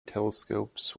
telescopes